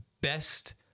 best